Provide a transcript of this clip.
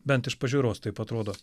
bent iš pažiūros taip atrodo